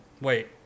wait